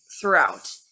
throughout